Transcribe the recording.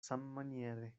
sammaniere